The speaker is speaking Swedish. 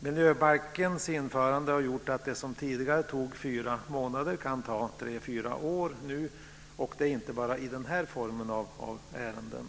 Miljöbalkens införande har gjort att det som tidigare tog fyra månader nu kan ta tre fyra år. Det gäller inte bara den här typen av ärenden.